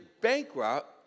bankrupt